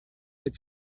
had